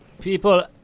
People